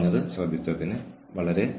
ശ്രദ്ധിച്ചതിന് നന്ദി